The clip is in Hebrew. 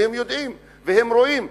והם יודעים והם רואים,